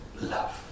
love